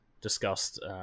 discussed